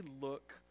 look